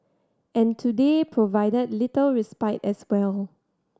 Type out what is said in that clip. and today provided little respite as well